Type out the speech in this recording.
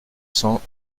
cents